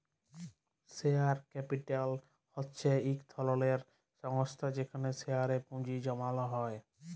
share capital হছে ইক ধরলের সংস্থা যেখালে শেয়ারে পুঁজি জ্যমালো হ্যয়